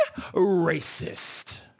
racist